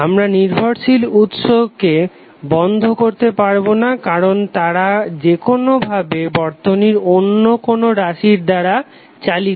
আমরা নির্ভরশীল উৎসকে বন্ধ করতে পারবো না কারণ তারা যেকোনো ভাবে বর্তনীর অন্য কোনো রাশির দ্বারা চালিত